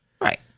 Right